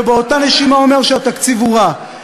ובאותה נשימה הוא אומר שהתקציב הוא רע.